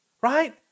right